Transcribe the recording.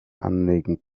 anlegen